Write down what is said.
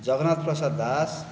Jagannath Prasad Das